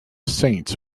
saints